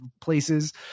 places